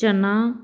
ਚਨਾ